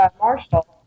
Marshall